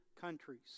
countries